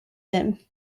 him